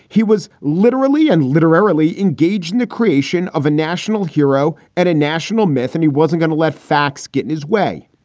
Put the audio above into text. he was literally and literarily engaged in the creation of a national hero and a national myth, and he wasn't going to let facts get in his way.